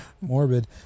Morbid